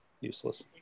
useless